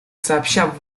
сообща